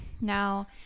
Now